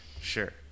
Sure